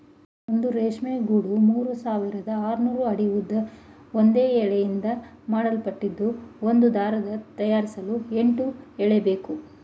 ಒಂದು ರೇಷ್ಮೆ ಗೂಡು ಮೂರ್ಸಾವಿರದ ಆರ್ನೂರು ಅಡಿ ಉದ್ದದ ಒಂದೇ ಎಳೆಯಿಂದ ಮಾಡಲ್ಪಟ್ಟಿದ್ದು ಒಂದು ದಾರ ತಯಾರಿಸಲು ಎಂಟು ಎಳೆಬೇಕು